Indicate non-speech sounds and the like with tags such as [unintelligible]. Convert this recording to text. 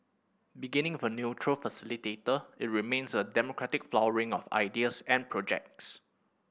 beginning [unintelligible] a neutral facilitator it remains a democratic flowering of ideas and projects